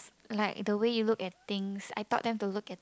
like the way you look at things I taught them to look at